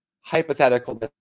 hypothetical